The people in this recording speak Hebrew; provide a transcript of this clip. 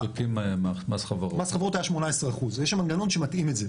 מס חברות היה 18%. ויש שם מנגנון שמתאים את זה.